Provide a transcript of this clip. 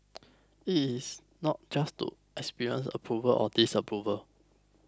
it is not just expressing approval or disapproval